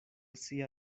sia